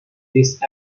disc